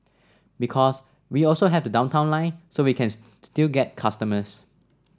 because we also have the Downtown Line so we can still get customers